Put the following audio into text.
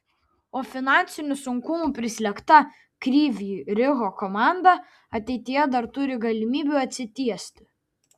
o finansinių sunkumų prislėgta kryvyj riho komanda ateityje dar turi galimybių atsitiesti